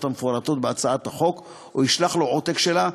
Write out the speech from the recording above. המפורטות בהצעת החוק או ישלח לו עותק שלה,